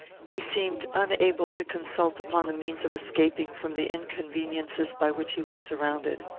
he seemed unable to consult upon the means of escaping from the inconveniences by which he was surrounded.